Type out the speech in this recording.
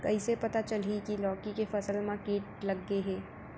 कइसे पता चलही की लौकी के फसल मा किट लग गे हे?